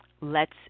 lets